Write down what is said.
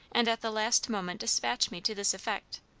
and at the last moment despatch me to this effect.